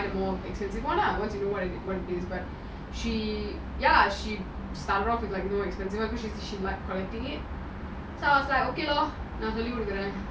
she ya she started off with more expensive ones so after exams so I was like okay lor